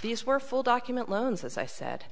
these were full document loans as i said